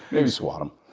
maybe squat him.